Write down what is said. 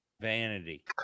Vanity